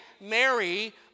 Mary